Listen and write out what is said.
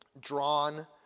drawn